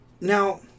Now